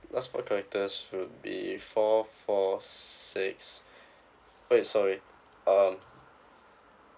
last four characters would be four four six wait sorry um